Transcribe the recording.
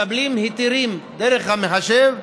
מקבלים היתרים דרך המחשב.